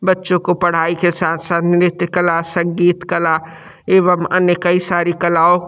बच्चों को पढ़ाई के साथ साथ नृत्य कला संगीत कला एवम अन्य कई सारी कलाओं